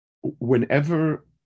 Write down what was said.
Whenever